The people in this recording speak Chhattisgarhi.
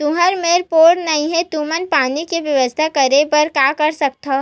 तुहर मेर बोर नइ हे तुमन पानी के बेवस्था करेबर का कर सकथव?